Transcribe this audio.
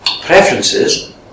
preferences